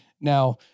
Now